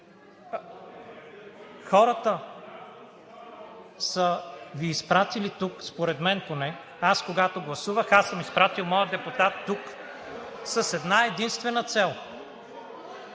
Хората са Ви изпратили тук, според мен – поне аз, когато гласувах, аз съм изпратил моя депутат тук с една-единствена цел: